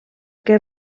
que